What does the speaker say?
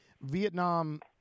Vietnam